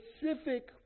specific